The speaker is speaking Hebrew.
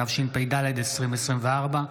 התשפ"ד 2024,